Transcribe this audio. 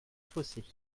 fossés